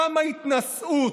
כמה התנשאות.